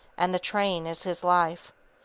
and the train is his life.